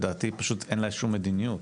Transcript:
לדעתי אין לה שום מדיניות,